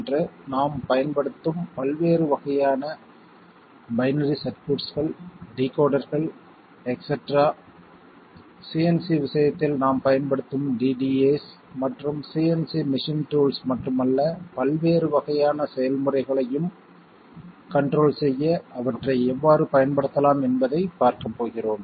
இன்று நாம் பயன்படுத்தும் பல்வேறு வகையான பைனரி சர்க்யூட்கள் டிகோடர்கள் எக்ஸ்செடெரா CNC விஷயத்தில் நாம் பயன்படுத்தும் DDAஸ் மற்றும் CNC மெஷின் டூல்ஸ் மட்டுமல்ல பல்வேறு வகையான செயல்முறைகளையும் கண்ட்ரோல் செய்ய அவற்றை எவ்வாறு பயன்படுத்தலாம் என்பதைப் பார்க்கப் போகிறோம்